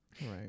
Right